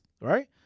Right